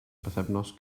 bythefnos